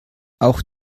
auch